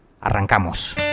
Arrancamos